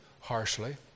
harshly